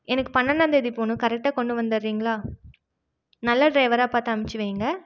எனக்கு பன்னெண்டாந்தேதி போகனும் கரெக்ட்டாக கொண்டு வந்துருறிங்களா நல்ல ட்ரைவராக பார்த்து அமுச்சிவைங்க